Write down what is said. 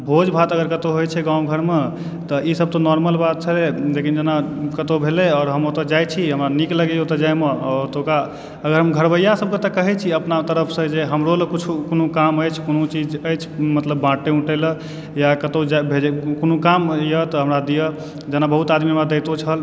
भोज भात अगर कतहुँ होएत छै गाँव घरमे तऽ ई सब तऽ नोर्मल बात छै लेकिन जेना कतहुँ भेलए आओर हम ओतऽ जाइ छी हमरा नीक लगैए ओतऽ जाएमे ओतुका हम घरबैआ सब से तऽ कहै छी अपना तरफसंँ जे हमरो लए किछु कोनो काम अछि कोनो चीज अछि मतलब बाँटए उटए लऽ या कतहुँ जाए भेजए कोनो काम यऽ तऽ हमरा दीअऽ जेना बहुत आदमी हमरा दैतो छल बहुत